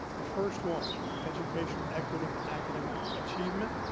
the first one, educational equity and academic achievement.